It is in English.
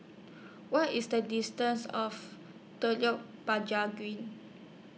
What IS The distance of Telok Green